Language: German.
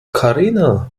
karina